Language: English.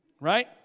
Right